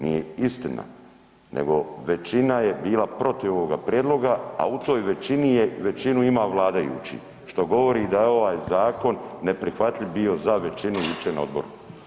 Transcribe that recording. Nije istina nego većina je bila protiv ovoga prijedloga a u toj većini je većinu imao vladajući što govori da je ovaj zakon neprihvatljiv bio za većinu jučer na odboru.